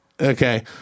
okay